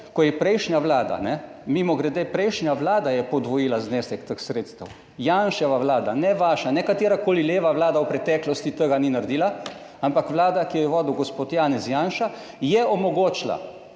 ko je prejšnja Vlada. Mimogrede, prejšnja Vlada je podvojila znesek teh sredstev, Janševa vlada, ne vaša, ne katerakoli leva vlada v preteklosti tega ni naredila, ampak Vlada, ki jo je vodil gospod Janez Janša, je omogočila,